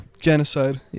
Genocide